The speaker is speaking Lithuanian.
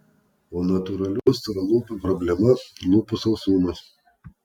o natūralių storalūpių problema lūpų sausumas